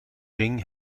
ring